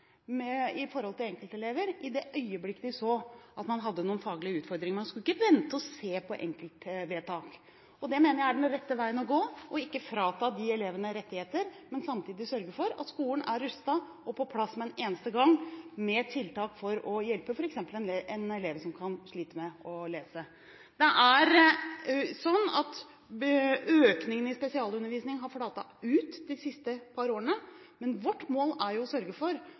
enkeltelever i det øyeblikket de så at man hadde noen faglige utfordringer. Man skulle ikke vente og se på enkeltvedtak. Det mener jeg er den rette veien å gå og ikke frata de elevene rettigheter, men samtidig sørge for at skolen er rustet og på plass med én eneste gang med tiltak for å hjelpe f.eks. en elev som sliter med å lese. Økningen i spesialundervisning har flatet ut de siste par årene. Men vårt mål er å sørge for